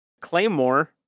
Claymore